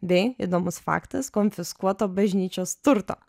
bei įdomus faktas konfiskuoto bažnyčios turto